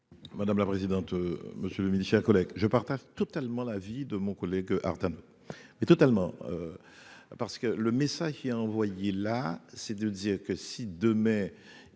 Madame la présidente, monsieur le milicien collègue je partage totalement l'avis de mon collègue Arnaud mais totalement parce que le message, il a envoyé là, c'est de dire que si 2 mais